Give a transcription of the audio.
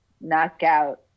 knockout